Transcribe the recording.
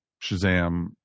Shazam